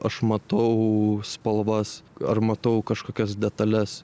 aš matau spalvas ar matau kažkokias detales